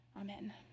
Amen